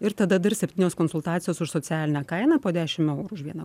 ir tada dar septynios konsultacijos už socialinę kainą po dešim eurų už vieną